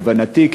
להבנתי,